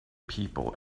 people